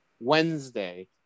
Wednesday